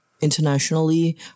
internationally